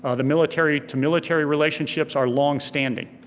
ah the military to military relationships are longstanding.